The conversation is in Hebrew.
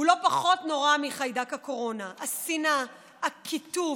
הוא לא פחות נורא מחיידק הקורונה: השנאה, הקיטוב,